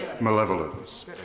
malevolence